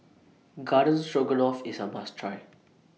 Garden Stroganoff IS A must Try